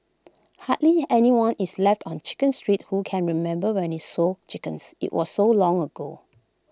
hardly anyone is left on chicken street who can remember when IT sold chickens IT was so long ago